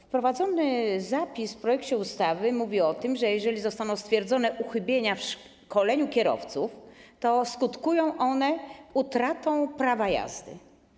Wprowadzony zapis w projekcie ustawy mówi o tym, że jeżeli zostaną stwierdzone uchybienia w szkoleniu kierowców, to skutkują one utratą prawa jazdy.